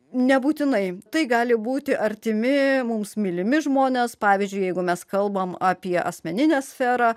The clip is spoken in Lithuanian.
nebūtinai tai gali būti artimi mums mylimi žmonės pavyzdžiui jeigu mes kalbame apie asmeninę sferą